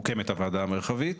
ממוקמת הוועדה המרחבית,